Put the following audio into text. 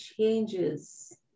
changes